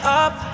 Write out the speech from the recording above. up